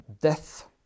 death